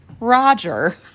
roger